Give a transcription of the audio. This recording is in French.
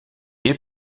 est